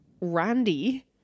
randy